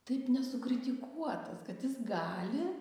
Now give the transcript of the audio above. taip nesukritikuotas kad jis gali